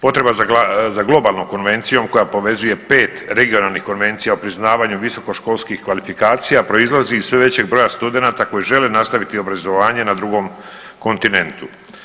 Potreba za Globalnom konvencijom koja povezuje 5 regionalnih Konvencija o priznavanju visoko školskih kvalifikacija proizlazi iz sve većeg broja studenata koji žele nastaviti obrazovanje na drugom kontinentu.